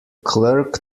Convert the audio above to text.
clerk